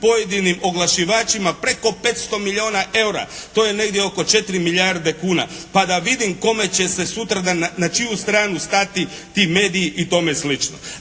pojedinim oglašivačima preko 500 milijuna eura. To je negdje oko 4 milijarde kuna, pa da vidim kome će se sutradan na čiju stranu stati ti mediji i tome slično.